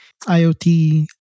IoT